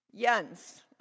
yens